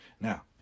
Now